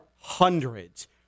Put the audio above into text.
hundreds